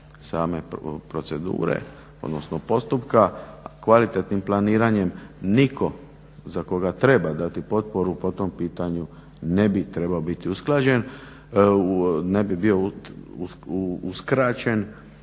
same procedure, odnosno postupka, kvalitetnim planiranjem nitko za koga treba dati potporu po tom pitanju ne bi trebao biti usklađen, ne bi bio uskraćen